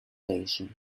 leisure